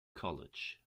college